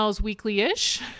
weekly-ish